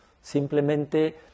Simplemente